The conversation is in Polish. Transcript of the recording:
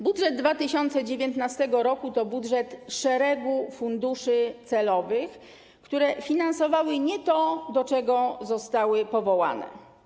Budżet 2019 r. to budżet szeregu funduszy celowych, które finansowały nie to, do czego zostały powołane.